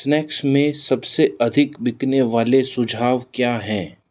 snacks में सब से अधिक बिकने वाले सुझाव क्या हैं